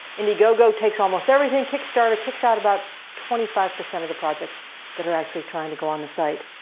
indiegogo takes almost everything. kickstarter kicks out about twenty five percent of the projects that are actually trying to go on the site.